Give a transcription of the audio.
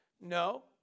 No